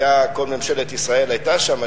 כל ממשלת ישראל היתה שם,